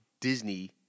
Disney